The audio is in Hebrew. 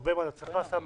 הרבה מאוד הצלחה, סמי,